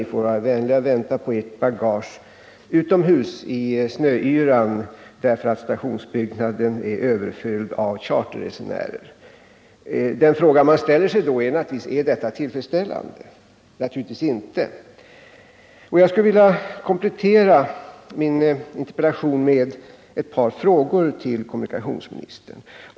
Ni får vara vänliga att vänta på ert bagage utomhus, därför att stationsbyggnaden är överfylld av charterresenärer.” Då frågar man sig naturligtvis: Är detta tillfredsställande? Naturligtvis inte. Jag skulle vilja komplettera min interpellation med ett par frågor till kommunikationsministern.